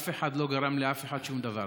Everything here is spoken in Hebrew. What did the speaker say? אף אחד לא גרם לאף אחד שום דבר.